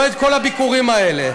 לא כל הביקורים האלה.